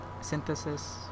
synthesis